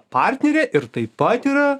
partnerė ir taip pat yra